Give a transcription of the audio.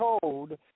told